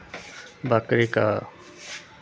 बकरीकेँ